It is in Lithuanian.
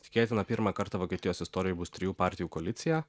tikėtina pirmą kartą vokietijos istorijoj bus trijų partijų koalicija